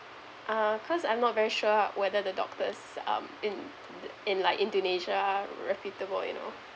uh cause I'm not very sure whether the doctors um in in like indonesia reputable you know